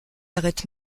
arrête